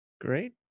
Great